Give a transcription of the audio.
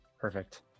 Perfect